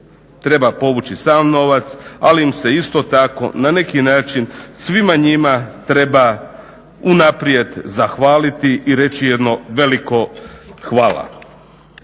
treba povući sav novac ali im se tako na neki način svima njima treba unaprijed zahvaliti i reći jedno veliko hvala.